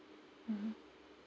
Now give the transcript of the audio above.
mmhmm